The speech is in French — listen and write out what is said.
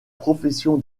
profession